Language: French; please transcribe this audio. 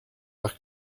par